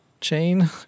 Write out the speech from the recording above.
chain